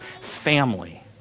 family